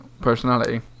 personality